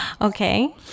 Okay